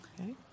Okay